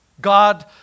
God